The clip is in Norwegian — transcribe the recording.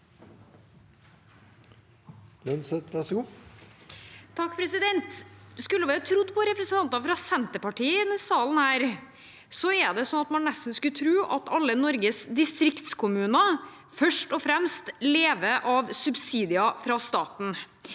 (H) Skulle vi ha trodd på representanter fra Senterpartiet i denne salen, skulle man nesten tro at alle Norges distriktskommuner først og fremst lever av subsidier fra staten.